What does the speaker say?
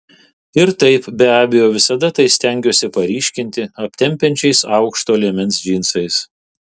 ir taip be abejo visada tai stengiuosi paryškinti aptempiančiais aukšto liemens džinsais